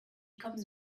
comes